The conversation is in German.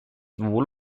wohl